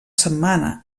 setmana